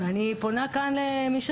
ואני פונה כאן למי שצריך: